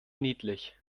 niedlich